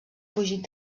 fugit